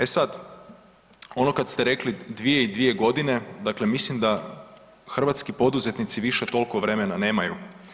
A sad ono kad ste rekli 2 i 2 godine, dakle mislim da hrvatski poduzetnici više toliko vremena nemaju.